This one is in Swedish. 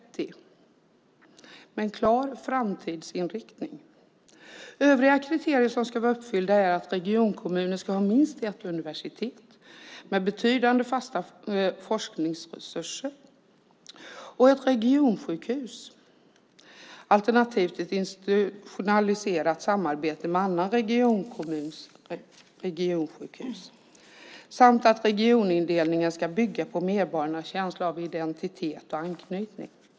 Det är en klar framtidsinriktning. Övriga kriterier som ska vara uppfyllda är att regionkommuner ska ha minst ett universitet med betydande fasta forskningsresurser och ett regionsjukhus, alternativt ett institutionaliserat samarbete med andra regionsjukhus, samt att regionindelningen ska bygga på medborgarnas känsla av identitet och anknytning.